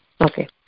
Okay